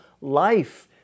life